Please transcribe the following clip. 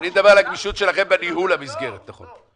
אני מדבר על הגמישות שלכם בניהול המסגרת, נכון.